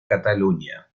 cataluña